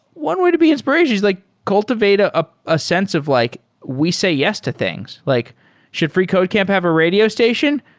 one way to be inspirationa l is like cultivate ah ah a sense of like we say yes to things. like should freecodecamp have a radio station?